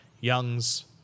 Young's